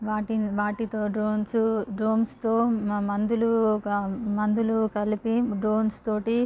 వాటి వాటితో డ్రోన్స్ డ్రోమ్స్తో మందులు మందులు కలిపి డ్రోన్స్ తోటి